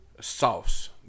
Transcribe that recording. Sauce